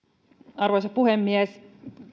arvoisa puhemies